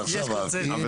אבל עכשיו אהבתי.